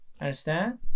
Understand